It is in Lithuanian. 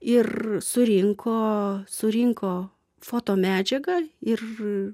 ir surinko surinko fotomedžiagą ir